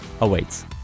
awaits